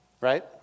right